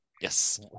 yes